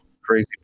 Crazy